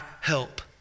help